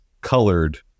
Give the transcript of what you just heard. colored